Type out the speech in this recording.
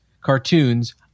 cartoons